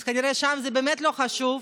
אז כנראה שם זה באמת לא חשוב.